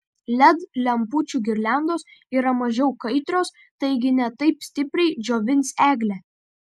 led lempučių girliandos yra mažiau kaitrios taigi ne taip stipriai džiovins eglę